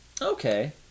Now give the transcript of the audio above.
Okay